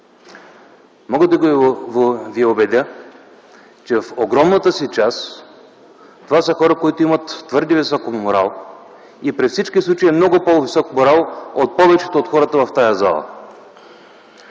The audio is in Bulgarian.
Мога да Ви убедя, че в огромната си част това са хора, които имат твърде висок морал и при всички случаи е много по-висок моралът повечето от хората в тази зала.